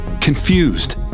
confused